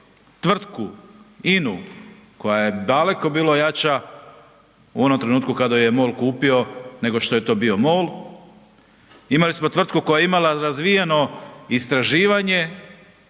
tvrtku INA-u koja je daleko bila jača u onom trenutku kada ju je MOL kupio, nego što je to bio MOL. Imali smo tvrtku koja je imala razvijeno istraživanje,